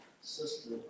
Sister